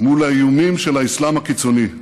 מול האיומים של האסלאם הקיצוני.